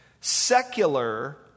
secular